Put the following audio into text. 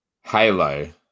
Halo